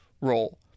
role